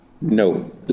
No